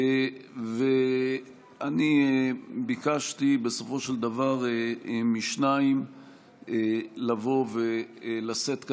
ואני ביקשתי בסופו של דבר משניים לבוא ולשאת דברים.